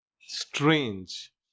strange